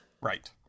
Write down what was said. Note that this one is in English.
right